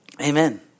Amen